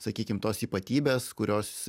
sakykim tos ypatybės kurios